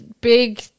big